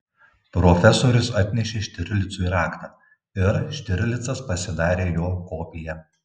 profesorius atnešė štirlicui raktą ir štirlicas pasidarė jo kopiją